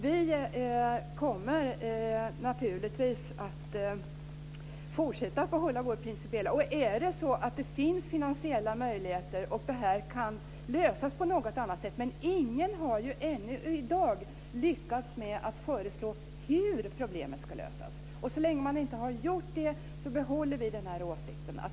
Vi kommer naturligtvis att fortsätta att behålla vår principiella åsikt om det inte finns finansiella möjligheter eller något annat sätt att lösa detta. Men ingen har ju ännu i dag lyckats föreslå hur problemet ska lösas. Så länge man inte har gjort det behåller vi vår åsikt.